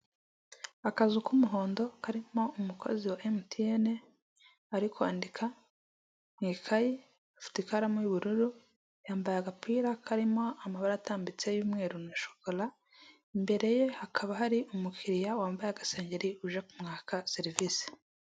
Akazu k'umuhondo karimo umukozi wa emutiyene ari kwandika mu ikayi ufite ikaramu y'ubururu, yambaye agapira karimo amabara atambitse y'umweru na shokora, imbere ye hakaba hari umukiriya wambaye agasengengeri uje kumwaka serivisi.